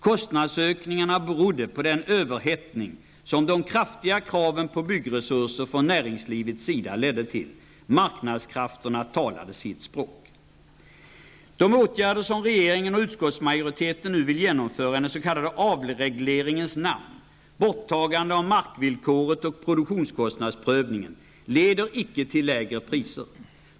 Kostnadsökningarna berodde på den överhettning som de kraftiga kraven på byggresurser från näringslivets sida ledde till. Marknadskrafterna talade sitt språk. De åtgärder som regeringen och utskottsmajoriteten nu vill vidta i den s.k. avregleringens namn -- borttagande av markvillkoret och produktionskostnadsprövningen -- leder inte till lägre priser.